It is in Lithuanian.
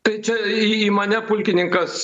tai čia į į mane pulkininkas